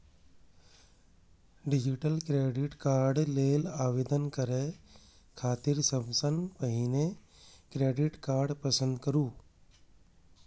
digitally credit card लेल आवेदन करै खातिर सबसं पहिने क्रेडिट कार्ड पसंद करू